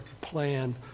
plan